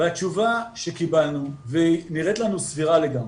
והתשובה שקיבלנו ונראית לנו סבירה לגמרי,